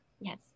Yes